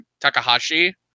Takahashi